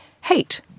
hate